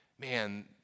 Man